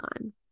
on